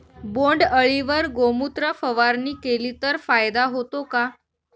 बोंडअळीवर गोमूत्र फवारणी केली तर फायदा होतो का?